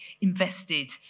invested